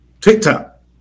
TikTok